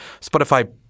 Spotify